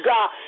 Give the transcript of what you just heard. God